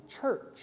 church